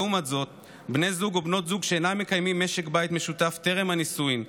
לעומת זאת בני זוג ובנות זוג שאינם מקיימים משק בית משותף טרם הנישואים,